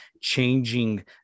changing